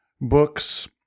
books